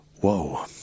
Whoa